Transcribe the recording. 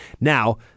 now